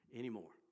anymore